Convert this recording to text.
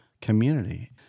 community